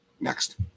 Next